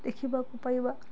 ଦେଖିବାକୁ ପାଇବା